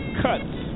cuts